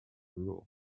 rule